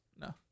No